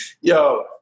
yo